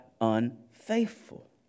unfaithful